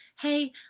hey